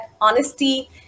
honesty